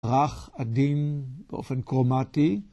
רך, עדין באופן כרומטי.